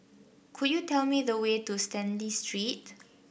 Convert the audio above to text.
could you tell me the way to Stanley Street